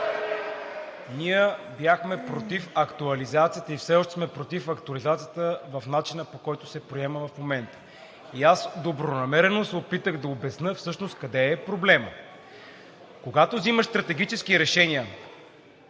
Ние бяхме против актуализацията и все още сме против актуализацията по начина, по който се приема в момента. Аз добронамерено се опитах да обясня всъщност къде е проблемът. Когато взимаш стратегически решения,